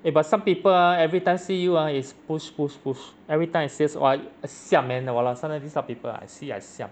eh but some people ah every time see you ah is push push push every time sales !wah! I siam man !walao! sometimes this type of people I see I siam